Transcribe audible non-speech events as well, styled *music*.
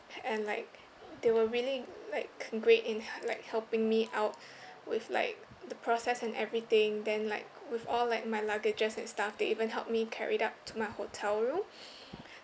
and like they were really like great in like helping me out *breath* with like the process and everything then like with all like my luggages and stuff they even helped me carried out to my hotel room *breath*